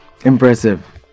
impressive